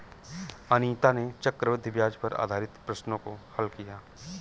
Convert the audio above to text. अनीता ने चक्रवृद्धि ब्याज पर आधारित प्रश्नों को हल किया